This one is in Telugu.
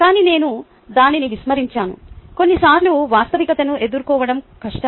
కానీ నేను దానిని విస్మరించాను కొన్నిసార్లు వాస్తవికతను ఎదుర్కోవడం కష్టం